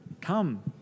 come